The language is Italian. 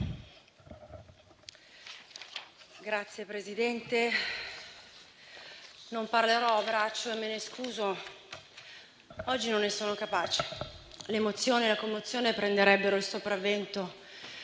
Signor Presidente, non parlerò a braccio e me ne scuso, ma oggi non ne sono capace. L'emozione e la commozione prenderebbero il sopravvento